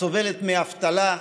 הסובלת מאבטלה,